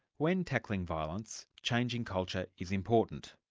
when tackling violence, changing culture is important.